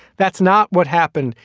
that's not what happened.